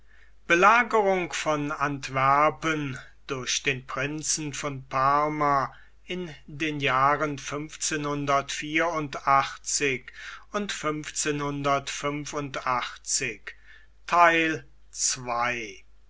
belagerung von antwerpen durch den prinzen von parma in den jahren